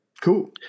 Cool